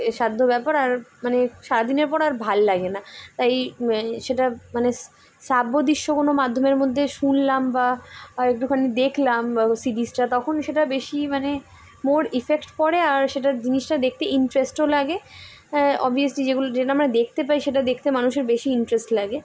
সাধ্য ব্যাপার আর মানে সারাদিনের পর আর ভাল লাগে না তাই সেটা মানে শ্রাব্যদৃশ্য কোনো মাধ্যমের মধ্যে শুনলাম বা একটুখানি দেখলাম বা সিরিজটা তখন সেটা বেশি মানে মোর ইফেক্ট পড়ে আর সেটার জিনিসটা দেখতে ইন্টারেস্টও লাগে অভিয়াসলি যেগুলো যেটা আমরা দেখতে পাই সেটা দেখতে মানুষ বেশি ইন্টারেস্ট লাগে